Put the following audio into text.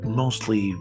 mostly